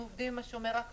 אנחנו עובדים עם השומר החדש,